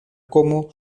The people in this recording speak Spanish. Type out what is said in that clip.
como